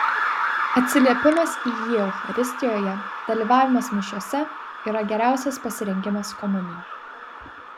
atsiliepimas į jį eucharistijoje dalyvavimas mišiose yra geriausias pasirengimas komunijai